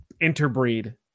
interbreed